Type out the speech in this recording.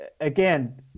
again